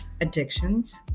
addictions